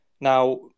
Now